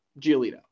giolito